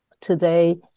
today